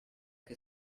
che